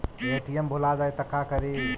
ATM भुला जाये त का करि?